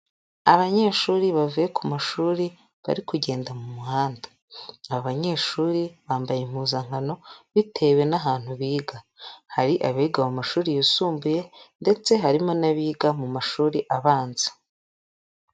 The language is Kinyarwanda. Abanyeshuri bavuye ku mashuri bari kugenda mu muhanda, abanyeshuri bambaye impuzankano bitewe n'ahantu biga, hari abiga mu mashuri yisumbuye ndetse harimo n'abiga mu mashuri abanza.